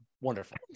wonderful